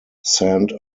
saint